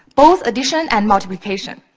both addition and multiplication.